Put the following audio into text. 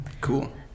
Cool